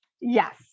Yes